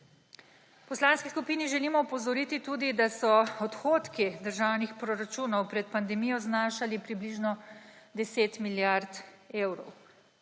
V poslanski skupini želimo opozoriti tudi, da so odhodki državnih proračunov pred pandemijo znašali približnost 10 milijard evrov.